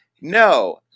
No